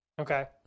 Okay